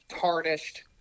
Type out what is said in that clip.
tarnished